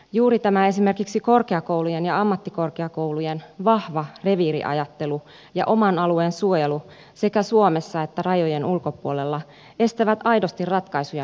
juuri esimerkiksi korkeakoulujen ja ammattikorkeakoulujen vahva reviiriajattelu ja oman alueen suojelu sekä suomessa että rajojen ulkopuolella estävät aidosti ratkaisujen hakemista